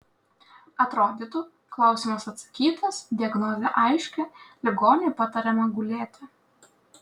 atrodytų klausimas atsakytas diagnozė aiški ligoniui patariama gulėti